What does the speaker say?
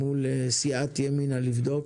לבדוק מול סיעת ימינה.